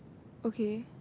okay